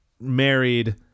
married